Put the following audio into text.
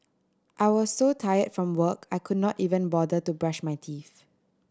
I was so tired from work I could not even bother to brush my teeth